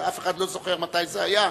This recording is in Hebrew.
אף אחד לא זוכר מתי זה היה.